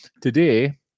Today